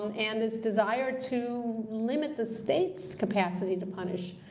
um and this desire to limit the state's capacity to punish.